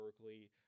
Berkeley